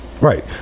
Right